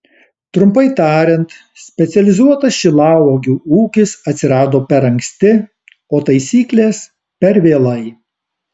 trumpai tariant specializuotas šilauogių ūkis atsirado per anksti o taisyklės per vėlai